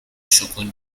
شگون